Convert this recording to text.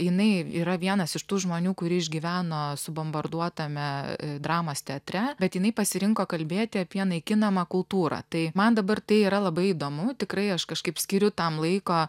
jinai yra vienas iš tų žmonių kuri išgyveno subombarduotame dramos teatre bet jinai pasirinko kalbėti apie naikinamą kultūrą tai man dabar tai yra labai įdomu tikrai aš kažkaip skiriu tam laiko